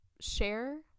share